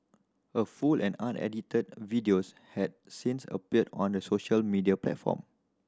a full and unedited videos had since appeared on the social media platform